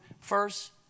first